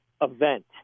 event